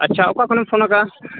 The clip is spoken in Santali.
ᱟᱪᱪᱷᱟ ᱚᱠᱟ ᱠᱷᱚᱱᱮᱢ ᱯᱷᱳᱱ ᱟᱠᱟᱫᱼᱟ